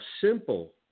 simple